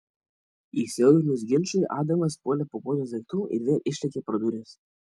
įsiaudrinus ginčui adamas puolė pakuotis daiktų ir vėl išlėkė pro duris